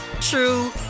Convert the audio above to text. true